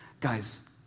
Guys